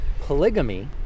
polygamy